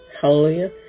Hallelujah